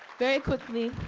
very quickly.